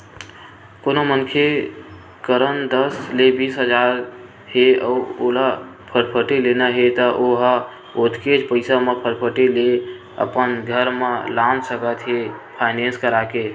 कोनो मनखे करन दस ले बीस हजार हे अउ ओला फटफटी लेना हे त ओ ह ओतकेच पइसा म फटफटी ल अपन घर म लान सकत हे फायनेंस करा के